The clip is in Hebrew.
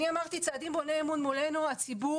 אני אמרתי: צעדים בוני אמון מולנו הציבור.